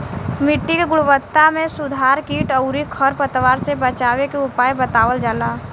मिट्टी के गुणवत्ता में सुधार कीट अउरी खर पतवार से बचावे के उपाय बतावल जाला